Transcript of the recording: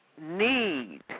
need